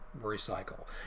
recycle